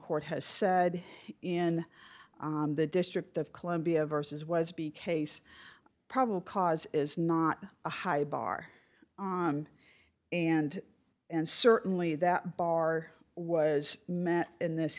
court has said in the district of columbia versus was be case probable cause is not a high bar on and and certainly that bar was met in this